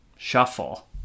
shuffle